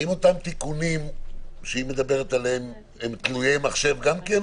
האם אותם תיקונים שהיא מדברת עליהם הם תלויי מחשב גם כן,